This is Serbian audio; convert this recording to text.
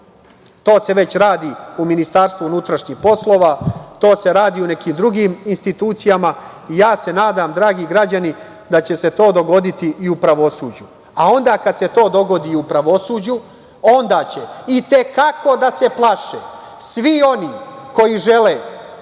To se već radi u Ministarstvu unutrašnjih poslova, to se radi u nekim drugim institucijama. Ja se nadam dragi građani da će se to dogoditi i u pravosuđu. Onda kada se to dogodi i u pravosuđu, onda će i te kako da se plaše svi oni koji žele